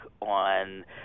on